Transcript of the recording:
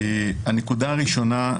הנקודה הראשונה,